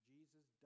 Jesus